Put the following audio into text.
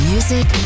Music